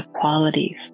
qualities